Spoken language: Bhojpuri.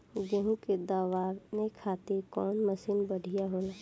गेहूँ के दवावे खातिर कउन मशीन बढ़िया होला?